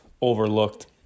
overlooked